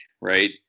right